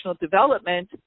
development